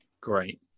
Great